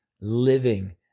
living